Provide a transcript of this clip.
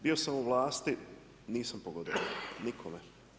Bio sam u vlasti, nisam pogodovao nikome.